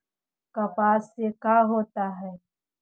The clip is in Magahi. कपास से का होता है?